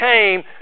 came